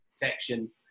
protection